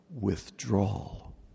Withdrawal